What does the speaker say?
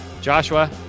joshua